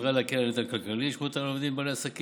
על מנת להקל את הנטל הכלכלי של אותם העובדים ובעלי העסקים,